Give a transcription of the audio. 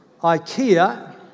Ikea